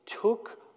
took